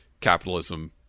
capitalism